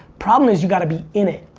problem is you gotta be in it.